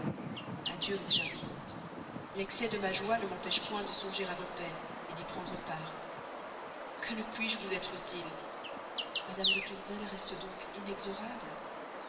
adieu mon cher vicomte l'excès de ma joie ne m'empêche point de songer à vos peines d'y prendre part que ne puis-je vous être utile mme de tourvel reste donc inexorable